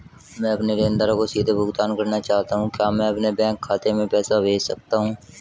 मैं अपने लेनदारों को सीधे भुगतान करना चाहता हूँ क्या मैं अपने बैंक खाते में पैसा भेज सकता हूँ?